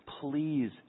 please